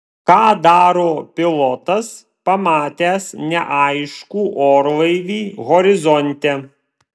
ką daro pilotas pamatęs neaiškų orlaivį horizonte